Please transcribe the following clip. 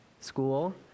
school